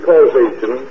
causation